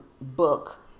book